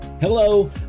Hello